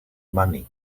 money